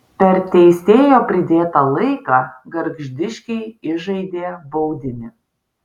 per teisėjo pridėtą laiką gargždiškiai įžaidė baudinį